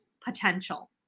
potential